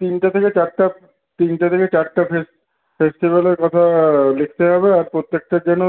তিনটে থেকে চারটা তিনটে থেকে চারটা ফেস্টিভ্যালের কথা লিখতে হবে আর প্রত্যেকটার যেন